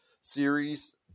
series